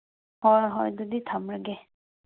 ꯍꯣꯏ ꯍꯣꯏ ꯑꯗꯨꯗꯤ ꯊꯝꯂꯒꯦ